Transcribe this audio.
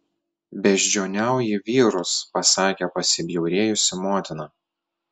beždžioniauji vyrus pasakė pasibjaurėjusi motina